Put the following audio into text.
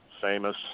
famous